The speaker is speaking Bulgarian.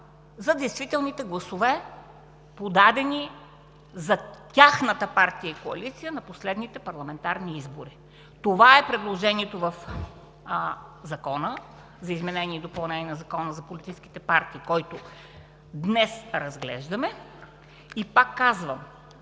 за действителните гласове, подадени за тяхната партия и коалиция на последните парламентарни избори. Това е предложението в Закона за изменение и допълнение на Закона за политическите партии, който днес разглеждаме. И пак казвам: